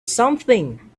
something